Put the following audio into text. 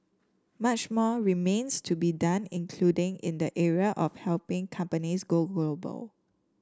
much more remains to be done including in the area of helping companies go global